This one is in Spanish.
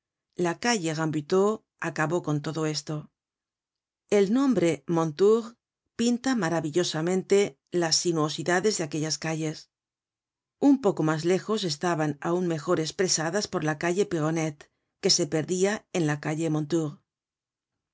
la calle rambuteau acabó con todo esto el nombre mondeteur pinta maravillosamente las sinuosidades de aquellas calles un poco mas lejos estaban aun mejor espresadas por la calle pironette que se perdia en la calle